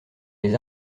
les